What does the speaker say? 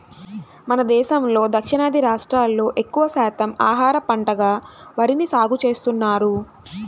మన దేశంలో దక్షిణాది రాష్ట్రాల్లో ఎక్కువ శాతం ఆహార పంటగా వరిని సాగుచేస్తున్నారు